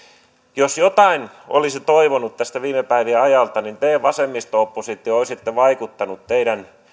jos jotain olisin toivonut tältä viime päivien ajalta niin sitä että te vasemmisto oppositio olisitte vaikuttaneet teidän